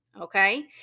Okay